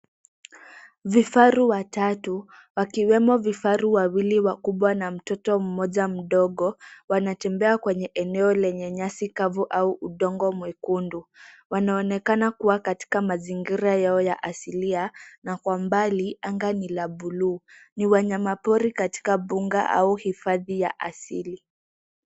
Vifaru watatu, wakiwemo vifaru wawili wakubwa na mtoto mmoja mdogo, wanatembea kwenye eneo lenye nyasi kavu au udongo mwekundu. Wanaonekana kuwa katika mazingira yao ya asilia na kwa mbali anga ni la bluu. Ni wanyamapori katika mbuga au hifadhi ya asili.